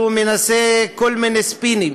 שהוא מנסה כל מיני ספינים